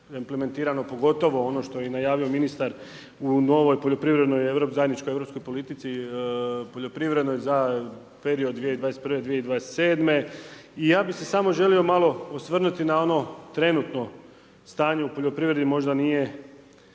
implementirano, pogotovo ono što je najavio i ministar u novoj poljoprivredi, zajedničkoj europskoj politici, poljoprivrednoj, za period 2021.-2027. i ja bi se želio samo malo osvrnuti na ono trenutno stanje u poljoprivredi možda nije